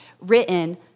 written